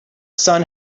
sun